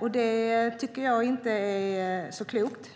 och jag tycker inte att det är särskilt klokt.